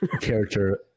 character